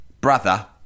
brother